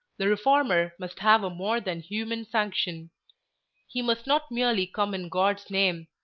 the reformer must have a more than human sanction he must not merely come in god's name,